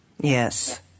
Yes